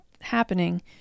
happening